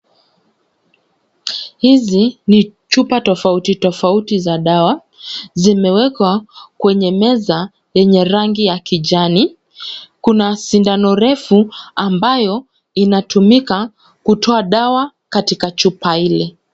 Hizi ni chupa tofauti tofauti ya dawa. Zimewekwa kwenye meza yenye ya rangi ya kijani. Kuna sindano refu ambayo inatumika kutoa dawa katika chupa ile.